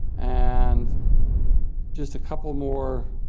and just a couple of more